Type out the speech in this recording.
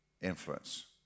influence